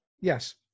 Yes